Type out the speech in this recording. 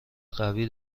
قوی